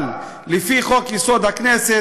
אבל לפי חוק-יסוד: הכנסת,